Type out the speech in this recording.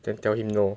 then tell him no